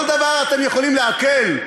כל דבר אתם יכולים לעכל?